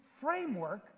framework